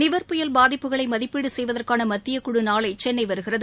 நிவர் புயல் பாதிப்புகளை மதிப்பீடு செய்வதற்கான மத்திய குழு நாளை சென்னை வருகிறது